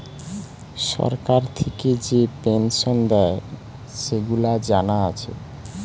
সরকার থিকে যে পেনসন দেয়, সেগুলা জানা আছে